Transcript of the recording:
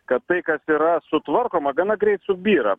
kad tai kas yra sutvarkoma gana greit subyra